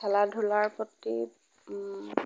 খেলা ধূলাৰ প্ৰতি